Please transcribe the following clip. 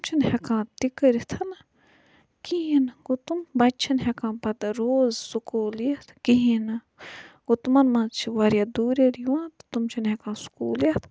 تِم چھِنہٕ ہیٚکان تہِ کٔرِتھ کِہیٖنۍ گوٚو تِم بَچہِ چھِنہِ ہیٚکان پتہِ روز سکوٗل یِتھ کِہیٖنۍ گوٚو تِمَن مَنٛز چھ واریاہ دوریٚر یِوان تہٕ تِم چھِنہِ ہیٚکان سکوٗل یِتھ کِہیٖنۍ